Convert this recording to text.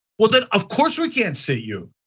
well, then of course, we can't see you.